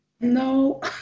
No